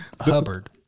Hubbard